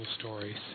stories